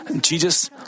Jesus